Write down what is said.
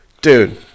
Dude